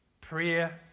Prayer